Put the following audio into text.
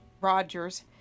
Rogers